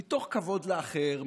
מתוך כבוד לאחר,